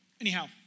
anyhow